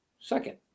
second